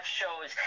shows